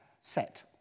set